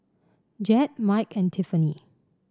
Jed Mike and Tiffani